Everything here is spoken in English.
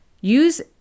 Use